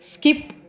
skip